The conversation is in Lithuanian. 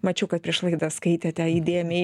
mačiau kad prieš laidą skaitėte įdėmiai